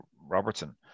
Robertson